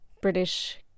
British